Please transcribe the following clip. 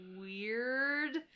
weird